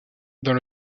dans